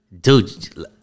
dude